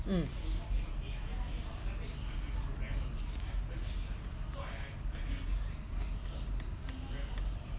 mm